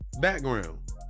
Background